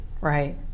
Right